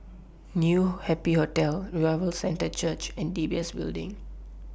New Happy Hotel Revival Centre Church and D B S Building